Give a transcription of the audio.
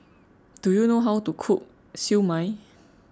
do you know how to cook Siew Mai